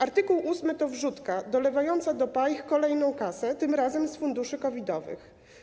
Art. 8 to wrzutka dolewająca do PAIH kolejną kasę, tym razem z funduszy COVID-owych.